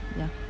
ya